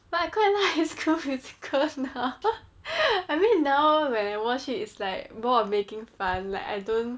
but I quite like high school musical now I mean now when I watch it it's like more of making fun like I don't